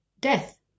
death